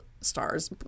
stars